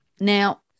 Now